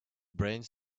brains